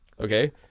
Okay